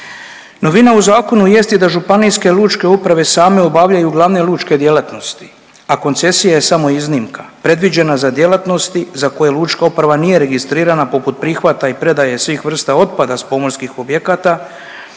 Novina u zakonu jest i da županijske i lučke uprave same obavljaju glavne lučke djelatnosti, a koncesija je samo iznimka, predviđena za djelatnosti za koje lučka uprava nije registrirana poput prihvata i predaje svih vrsta otpada s pomorskih objekata,